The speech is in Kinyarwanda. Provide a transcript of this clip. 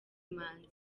manzi